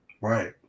Right